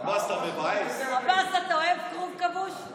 ראשי כרוב זה